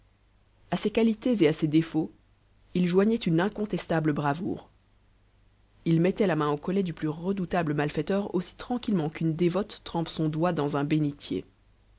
à ces qualités et à ces défauts il joignait une incontestable bravoure il mettait la main au collet du plus redoutable malfaiteur aussi tranquillement qu'une dévote trempe son doigt dans un bénitier